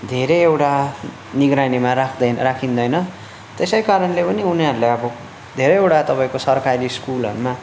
धेरै एउटा निगरानीमा राख राखिँदैन त्यसै कारणले पनि उनीहरूले अब धेरैवटा तपाईँको सरकारी स्कुलहरूमा